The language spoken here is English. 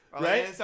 right